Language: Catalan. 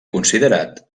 considerat